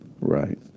Right